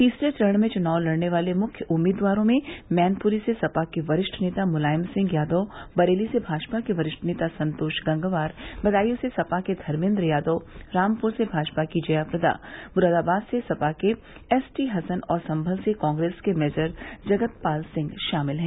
तीसरे चरण में चुनाव लड़ने वाले मुख्य उम्मीदवारों में मैनपुरी से सपा के वरिष्ठ नेता मुलायम सिंह यादव बरेली से भाजपा के वरिष्ठ नेता संतोष गंगवार बदायूं से सपा के धर्मेन्द्र यादव रामपुर से भाजपा की जया प्रदा मुरादाबाद से सपा के एसटी हसन और संगल से कांग्रेस के मेजर जगतपाल सिंह शामिल है